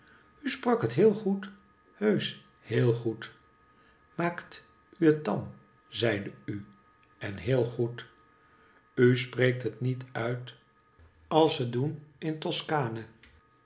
u sprak het heel goed heusch heel goed zeide u en heel goed u spreekt het niet uit als ze doen in toskane